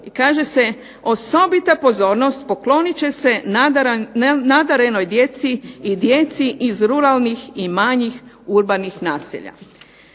Kaže se, osobit pozornost poklonit će se nadarenoj djeci i djeci iz ruralnih i manjih urbanih naselja.